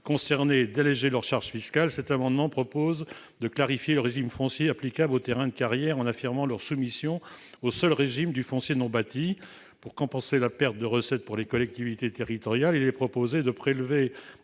concernées et d'alléger leurs charges fiscales, il est donc proposé de clarifier le régime foncier applicable aux terrains de carrière en affirmant leur soumission au seul régime du foncier non bâti. Pour compenser la perte de recettes pour les collectivités territoriales, la taxe générale